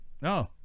no